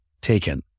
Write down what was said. taken